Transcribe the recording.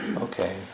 okay